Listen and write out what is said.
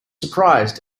surprised